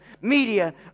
media